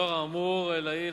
לאור האמור לעיל,